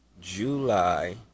July